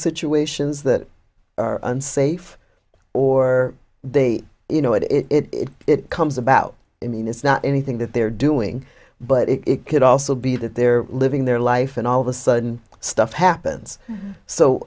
situations that are unsafe or they you know it is it comes about i mean it's not anything that they're doing but it could also be that they're living their life and all of a sudden stuff happens so